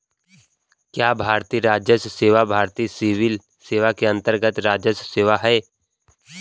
क्या भारतीय राजस्व सेवा भारतीय सिविल सेवा के अन्तर्गत्त राजस्व सेवा है?